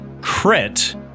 crit